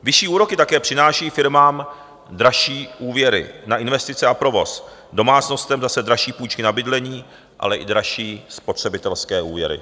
Vyšší úroky také přinášejí firmám dražší úvěry na investice a provoz, domácnostem zase dražší půjčky na bydlení, ale i dražší spotřebitelské úvěry.